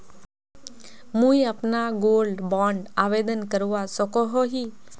मुई अपना gold bond आवेदन करवा सकोहो ही?